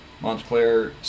Montclair